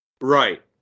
Right